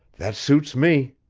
that suits me,